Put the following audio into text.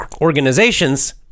organizations